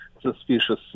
suspicious